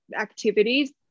activities